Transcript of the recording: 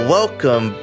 Welcome